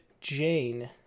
Jane